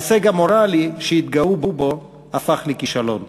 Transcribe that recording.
ההישג המוראלי שהתגאו בו הפך לכישלון.